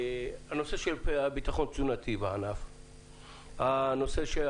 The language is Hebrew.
נושא הביטחון התזונתי בענף והערך